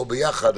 או ביחד,